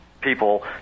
people